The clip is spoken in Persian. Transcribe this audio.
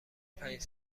پنج